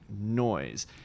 noise